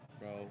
Bro